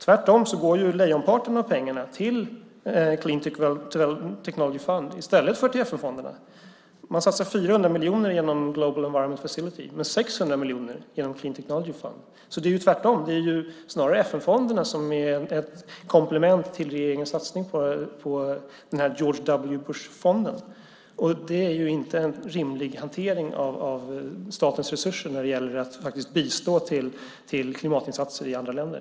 Tvärtom går lejonparten av pengarna till Clean Technology Fund i stället för till FN-fonderna. Man satsar 400 miljoner genom Global Environment Facility men 600 miljoner genom Clean Technology Fund. Det är alltså tvärtom - det är snarare FN-fonderna som är ett komplement till regeringens satsning på den här George W. Bush-fonden. Det är inte en rimlig hantering av statens resurser när det gäller att faktiskt bistå klimatinsatser i andra länder.